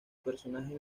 personaje